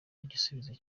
igisubizo